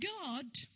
God